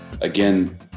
Again